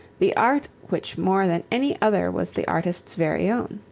the art which more than any other was the artist's very own.